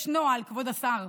יש נוהל, כבוד השר,